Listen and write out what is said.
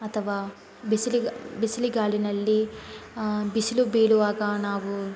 ಅಥವಾ ಬಿಸಿಲು ಬಿಸಿಲುಗಾಲದಲ್ಲಿ ಬಿಸಿಲು ಬೀಳುವಾಗ ನಾವು